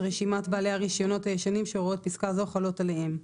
רשימת בעלי הרישיונות הישנים שהוראות פסקה זו חלות עליהם.